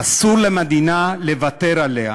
אסור למדינה לוותר עליה,